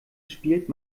spielt